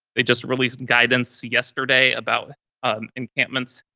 they just released guidance yesterday about um encampments.